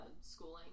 schooling